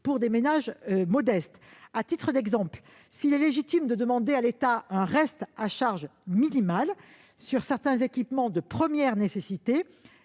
pour les ménages modestes. À titre d'exemple, s'il est légitime de demander à l'État un reste à charge minimal sur certains équipements de première nécessité,